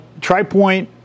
TriPoint